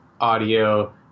Audio